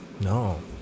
No